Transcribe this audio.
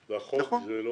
נכון.